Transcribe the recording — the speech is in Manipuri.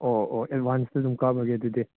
ꯑꯣ ꯑꯣ ꯑꯦꯗꯚꯥꯟꯁꯇ ꯑꯗꯨꯝ ꯀꯥꯞꯂꯒꯦ ꯑꯗꯨꯗꯤ